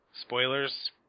Spoilers